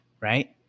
right